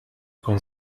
con